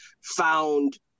found